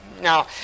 now